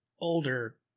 older